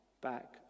back